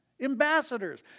Ambassadors